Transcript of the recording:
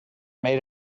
made